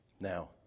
Now